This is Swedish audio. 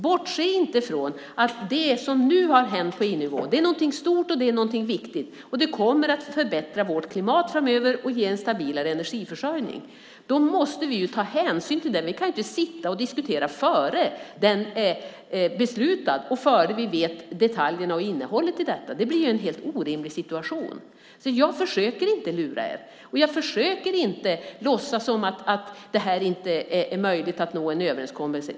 Bortse inte från att det som nu hänt på EU-nivå är någonting stort och viktigt, och det kommer att förbättra vårt klimat framöver och ge en stabilare energiförsörjning. Då måste vi också ta hänsyn till det. Vi kan inte sitta och diskutera innan den är beslutad och innan vi vet detaljerna och innehållet i den. Det skulle bli en helt orimlig situation. Jag försöker inte lura er, och jag försöker inte låtsas som om det inte är möjligt att nå en överenskommelse.